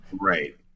right